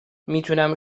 میتونم